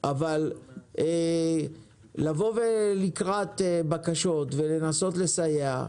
אבל לבוא לקראת בקשות ולנסות לסייע,